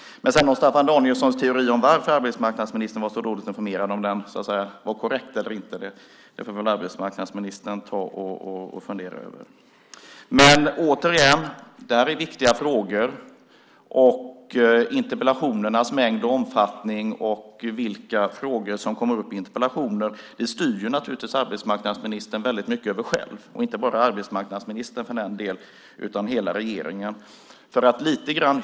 Om Staffan Danielssons teori om varför arbetsmarknadsministern var så dåligt informerad om detta var korrekt eller inte får väl arbetsmarknadsministern fundera över. Men detta är viktiga frågor, och interpellationernas mängd och omfattning och vilka frågor som kommer upp i interpellationerna styr naturligtvis arbetsmarknadsministern väldigt mycket över själv, och inte bara arbetsmarknadsministern för den delen utan hela regeringen.